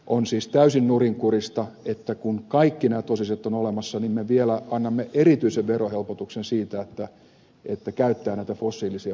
on siis täysin nurinkurista että kun kaikki nämä tosiasiat ovat olemassa me vielä annamme erityisen verohelpotuksen siitä että käyttää fossiilisia polttoaineita